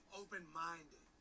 open-minded